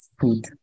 food